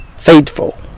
faithful